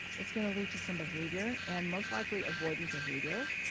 it's going to lead to some behavior and most likely avoidant behavior,